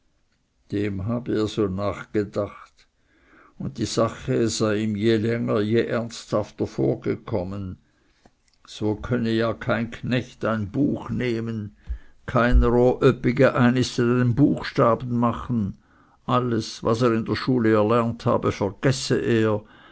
dem habe er so nachgedacht und die sache sei ihm je länger je ernsthafter vorgekommen so könne ja kein knecht ein buch nehmen keiner o öppige einist einen buchstaben machen alles was er in der schule erlernt habe vergesse er